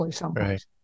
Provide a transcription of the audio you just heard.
right